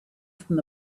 from